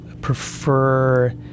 prefer